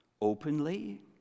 openly